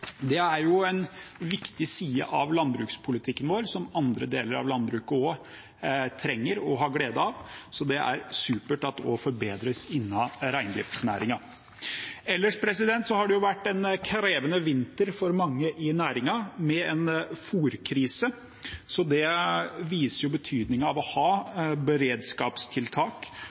Det er en viktig side av landbrukspolitikken vår som andre deler av landbruket også trenger og har glede av, så det er supert at det også forbedres innenfor reindriftsnæringen. Ellers har det vært en krevende vinter for mange i næringen med en fôrkrise. Det viser betydningen av å ha beredskapstiltak